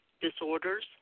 Disorders